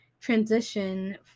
transition